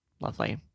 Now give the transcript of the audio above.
lovely